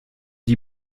die